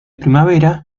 primavera